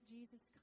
Jesus